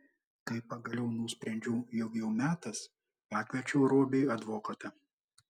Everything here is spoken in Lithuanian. kai pagaliau nusprendžiau jog jau metas pakviečiau robiui advokatą